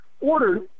ordered